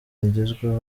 rigezweho